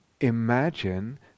imagine